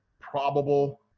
probable